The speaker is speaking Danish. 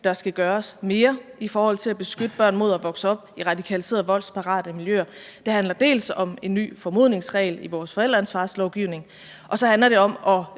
der skal gøres mere i forhold til at beskytte børn mod at vokse op i radikaliserede, voldsparate miljøer. Det handler dels om en ny formodningsregel i vores forældreansvarslovgivning, dels om at